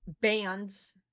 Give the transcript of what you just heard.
bands